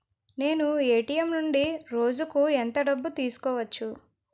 నేను ఎ.టి.ఎం నుండి రోజుకు ఎంత డబ్బు తీసుకోవచ్చు?